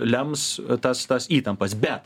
lems tas tas įtampas bet